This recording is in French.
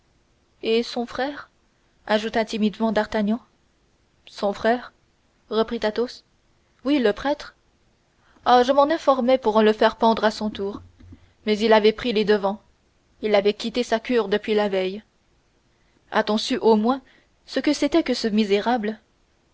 et son frère ajouta timidement d'artagnan son frère reprit athos oui le prêtre ah je m'en informai pour le faire pendre à son tour mais il avait pris les devants il avait quitté sa cure depuis la veille a-t-on su au moins ce que c'était que ce misérable